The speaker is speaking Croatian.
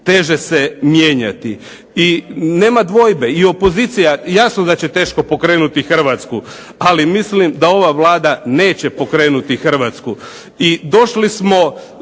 teže se mijenjati. I nema dvojbe i opozicija jasno da će teško pokrenuti Hrvatsku, ali mislim da ova Vlada neće pokrenuti Hrvatsku. I došli smo,